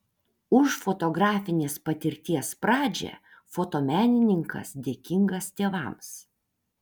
už fotografinės patirties pradžią fotomenininkas dėkingas tėvams